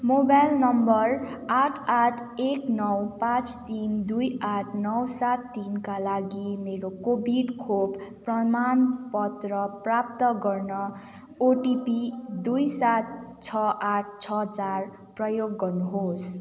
mobile number आठ आठ एक नौ पाँच तिन दुई आठ नौ सात तिनका लागि मेरो कोभिड खोप प्रमाणपत्र प्राप्त गर्न ओटिपी दुई सात छ आठ छ चार प्रयोग गर्नुहोस्